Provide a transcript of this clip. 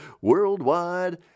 worldwide